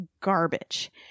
garbage